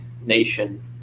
nation